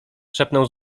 szepnął